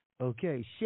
Okay